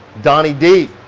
donnie d,